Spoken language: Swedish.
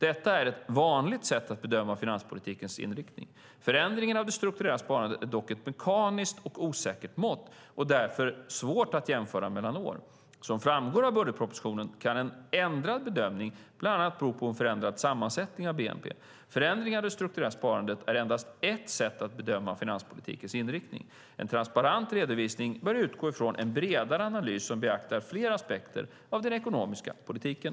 Detta är ett vanligt sätt att bedöma finanspolitikens inriktning. Förändringen av det strukturella sparandet är dock ett mekaniskt och osäkert mått och därför svårt att jämföra mellan år. Som framgår av budgetpropositionen kan en ändrad bedömning bland annat bero på en förändrad sammansättning av bnp. Förändringen av det strukturella sparandet är endast ett sätt att bedöma finanspolitikens inriktning. En transparent redovisning bör utgå från en bredare analys som beaktar flera aspekter av den ekonomiska politiken.